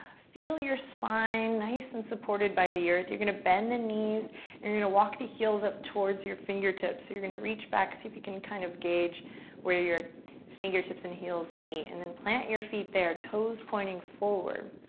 feel your spine nice and supported by the earth. you're gonna bend the knees and you're gonna walk the heels up towards your fingertips. so, you're gonna reach back, see if you can kind of gauge where your fingertips and heels meet and then plant your feet there, toes pointing forward.